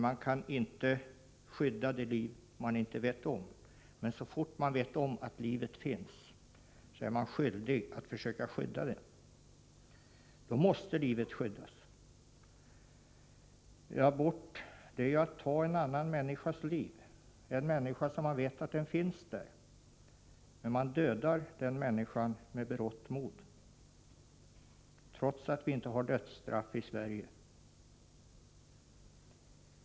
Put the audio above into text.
Man kan inte skydda det liv man inte vet om, men så fort man vet om att livet finns är man skyldig att försöka skydda det. Abort är att ta en annan människas liv, en människa som man vet finns. Man dödar den människan med berått mod. Det sker trots att vi inte har dödsstraff i Sverige.